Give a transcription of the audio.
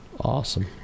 Awesome